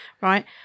Right